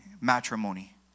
matrimony